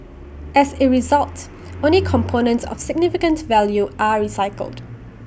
as A result only components of significant value are recycled